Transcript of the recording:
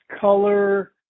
color